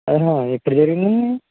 ఆహా ఎప్పుడు జరిగింది అండి